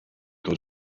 goes